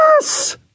Yes